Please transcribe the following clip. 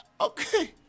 okay